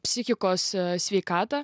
psichikos sveikatą